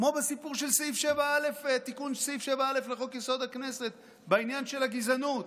כמו בסיפור של תיקון סעיף 7א לחוק-יסוד: הכנסת בעניין של הגזענות.